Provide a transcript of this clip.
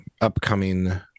upcoming